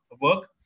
work